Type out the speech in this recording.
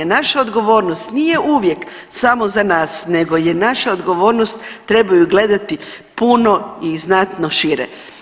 Naša odgovornost nije uvijek samo za nas, nego je naša odgovornost treba ju gledati puno i znatno šire.